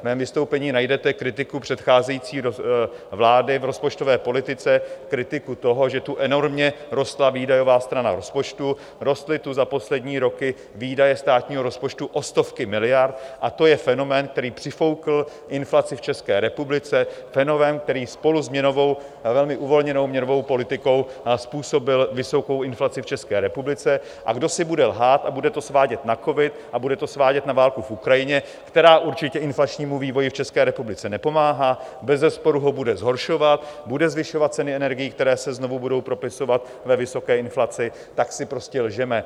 V mém vystoupení najdete kritiku předcházející vlády v rozpočtové politice, kritiku toho, že tu enormně rostla výdajová strana rozpočtu, rostly tu za poslední roky výdaje státního rozpočtu o stovky miliard, a to je fenomén, který přifoukl inflaci v České republice, fenomén, který spolu s měnovou, a velmi uvolněnou měnovou politikou způsobil vysokou inflaci v České republice, a kdo si bude lhát a bude to svádět na covid a bude to svádět na válku v Ukrajině která určitě inflačnímu vývoji v České republice nepomáhá, bezesporu ho bude zhoršovat, bude zvyšovat ceny energií, které se znovu budou propisovat ve vysoké inflaci tak si prostě lžeme.